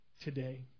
today